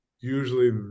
Usually